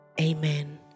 Amen